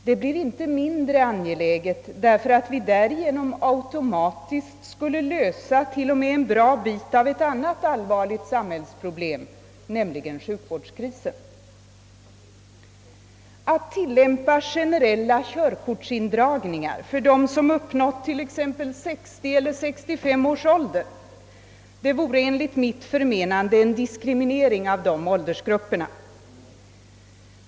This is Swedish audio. Detta blir inte mindre angeläget därför att vi därigenom automatiskt skulle lösa till och med en god del av ett annat allvarligt samhällsproblem, nämligen sjukvårdskrisen. Att tillämpa generella körkortsindragningar för dem som uppnått t.ex. 60 eller 65 års ålder vore enligt mitt förmenande en diskriminering av dessa åldersgrupper.